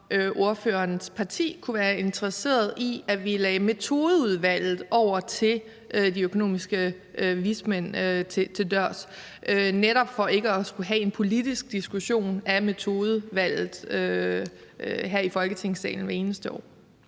om ordførerens parti kunne være interesseret i, at vi lagde metodevalget over til de økonomiske vismænd netop for ikke at skulle have en politisk diskussion af metodevalget her i Folketingssalen hvert eneste år.